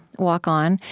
walk on,